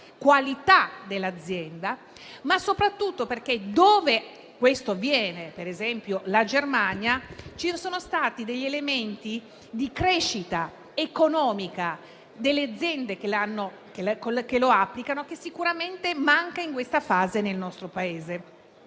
qualità. Ma soprattutto, dove questo avviene (per esempio in Germania), ci sono stati degli elementi di crescita economica delle aziende che lo applicano che sicuramente mancano in questa fase nel nostro Paese.